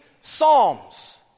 psalms